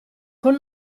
con